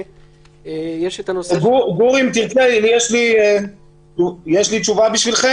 קארין, אם נרצה, נעשה את זה בתיקון עקיף בחקיקה